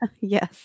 Yes